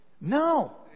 No